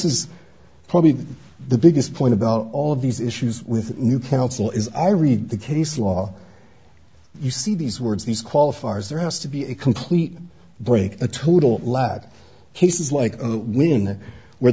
is probably the biggest point about all of these issues with new counsel is i read the case law you see these words these qualifiers there has to be a complete break a total lad cases like the moon where